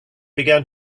began